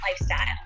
lifestyle